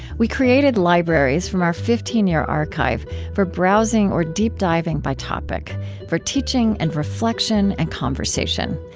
we created libraries from our fifteen year archive for browsing or deep diving by topic for teaching and reflection and conversation.